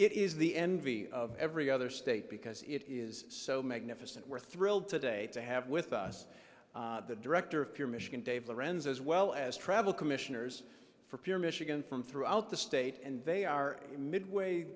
it is the envy of every other state because it is so magnificent we're thrilled today to have with us the director of to michigan dave lorenzo as well as travel commissioners for pure michigan from throughout the state and they are mid way